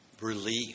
relief